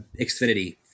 Xfinity